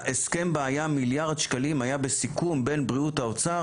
שההסכם בה היה מיליארד שקלים היה בסיכום בין בריאות לאוצר,